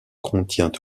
contient